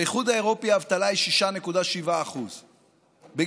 באיחוד האירופי האבטלה היא 6.7%; בגרמניה,